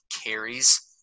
carries